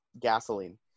gasoline